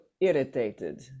irritated